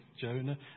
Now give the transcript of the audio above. Jonah